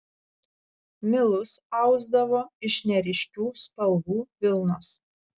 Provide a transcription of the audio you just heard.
milus ausdavo iš neryškių spalvų vilnos